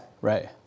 Right